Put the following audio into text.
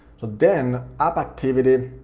so then app activity,